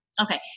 Okay